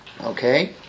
Okay